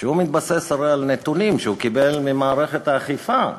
שמתבסס על נתונים שהוא קיבל ממערכת האכיפה,